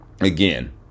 again